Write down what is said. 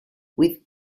with